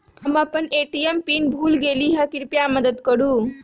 हम अपन ATM pin भूल गेली ह, कृपया मदत करू